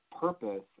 purpose